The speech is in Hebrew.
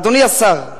אדוני השר,